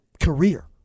career